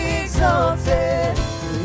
exalted